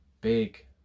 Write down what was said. Big